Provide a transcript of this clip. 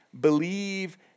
believe